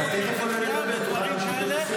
תוכל להמשיך איתו את השיח,